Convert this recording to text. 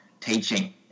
teaching